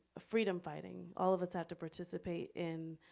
ah freedom fighting, all of us have to participate in